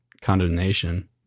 condemnation